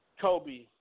Kobe